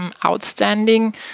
outstanding